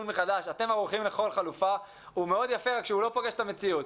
מחדש אתם ערוכים לכל חלופה הוא מאוד יפה אלא שהוא לא פוגש את המציאות.